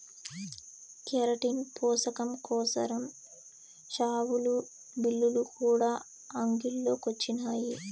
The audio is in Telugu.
కెరటిన్ పోసకం కోసరం షావులు, బిల్లులు కూడా అంగిల్లో కొచ్చినాయి